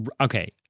Okay